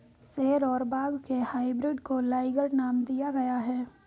शेर और बाघ के हाइब्रिड को लाइगर नाम दिया गया है